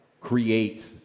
create